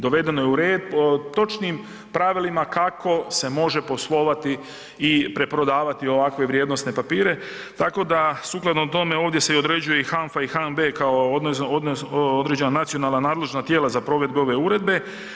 Dovedeno je u red po točnim pravilima kako se može poslovati i preprodavati ovakve vrijednosne papire, tako da sukladno tome, ovdje se određuje i HANFA i HNB kao određena nacionalna nadležna tijela za provedbu ove Uredbe.